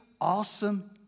awesome